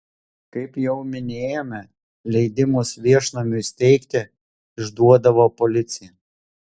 kaip jau minėjome leidimus viešnamiui steigti išduodavo policija